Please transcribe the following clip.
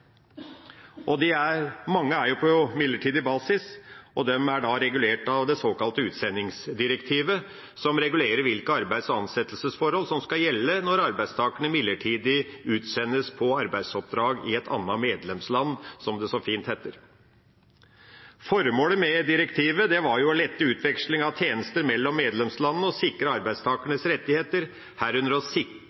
Mange er her på midlertidig basis, og de er da regulert av det såkalte utsendingsdirektivet, som regulerer hvilke arbeids- og ansettelsesforhold som skal gjelde når arbeidstakerne midlertidig utsendes på arbeidsoppdrag i et annet medlemsland, som det så fint heter. Formålet med direktivet var å lette utveksling av tjenester mellom medlemslandene og sikre arbeidstakernes rettigheter, herunder